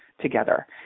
together